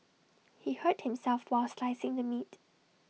he hurt himself while slicing the meat